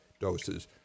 doses